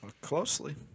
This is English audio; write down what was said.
Closely